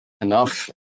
Enough